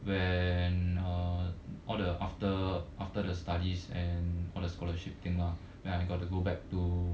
when uh all the after after the studies and all the scholarship thing lah when I got to go back to